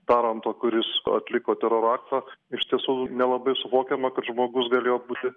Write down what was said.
taranto kuris atliko teroro aktą iš tiesų nelabai suvokiama kad žmogus galėjo būti